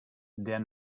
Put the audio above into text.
der